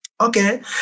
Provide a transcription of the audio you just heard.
okay